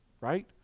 right